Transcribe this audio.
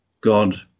God